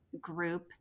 group